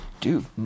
dude